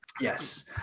yes